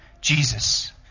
Jesus